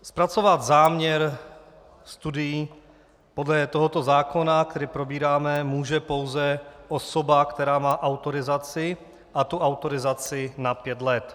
Zpracovat záměr studií podle tohoto zákona, který probíráme, může pouze osoba, která má autorizaci a tu autorizaci na pět let.